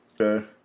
Okay